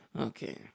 okay